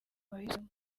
wahisemo